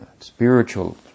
spiritual